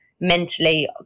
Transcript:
mentally